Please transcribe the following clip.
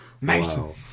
Mason